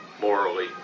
morally